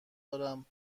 دارم